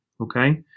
Okay